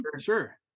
Sure